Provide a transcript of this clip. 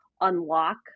unlock